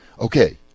Okay